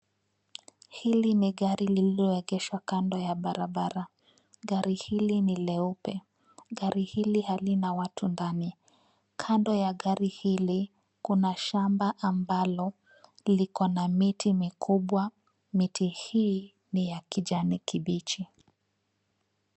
Hili ni gari lililoegeshwa kando ya barabara. Gari hili ni leupe, Gari hili halina watu ndani. Kando ya gari hili kuna shamba ambalo liko na miti mikubwa .Miti hii ni ya kijani kibichi.